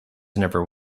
never